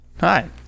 Hi